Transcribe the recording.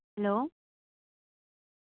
hello